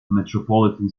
metropolitan